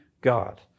God